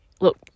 look